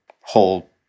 whole